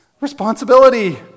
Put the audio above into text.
responsibility